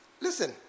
listen